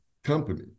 Company